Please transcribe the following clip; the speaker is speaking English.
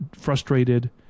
frustrated